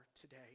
today